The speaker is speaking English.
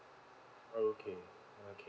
okay okay